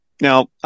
Now